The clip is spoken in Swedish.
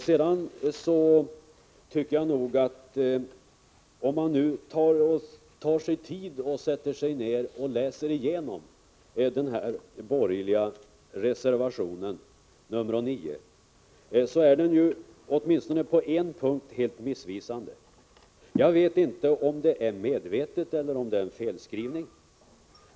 Sedan tycker jag att om man tar sig tid och sätter sig ner och läser igenom den borgerliga reservationen 9, finner man att den på åtminstone en punkt är helt missvisande. Jag vet inte om det är medvetet eller om det är fråga om felskrivning.